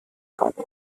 kato